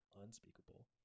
unspeakable